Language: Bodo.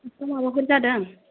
खाथिआव माबाफोर जादों